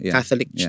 Catholic